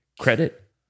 Credit